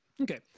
Okay